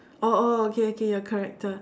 oh oh oh okay okay your character